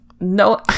No